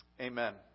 Amen